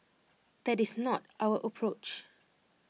that is not our approach